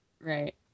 Right